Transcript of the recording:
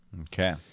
Okay